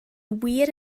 wir